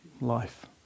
life